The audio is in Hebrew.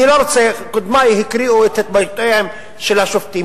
קודמי הקריאו את התבטאויותיהם של השופטים,